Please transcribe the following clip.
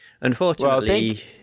unfortunately